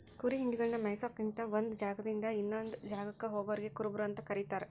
ಕುರಿ ಹಿಂಡಗಳನ್ನ ಮೇಯಿಸ್ಕೊತ ಒಂದ್ ಜಾಗದಿಂದ ಇನ್ನೊಂದ್ ಜಾಗಕ್ಕ ಹೋಗೋರಿಗೆ ಕುರುಬರು ಅಂತ ಕರೇತಾರ